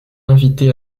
invités